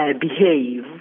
behave